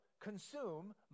consume